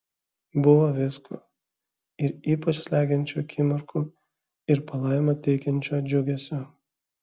buvo visko ir ypač slegiančių akimirkų ir palaimą teikiančio džiugesio